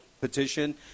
petition